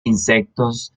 insectos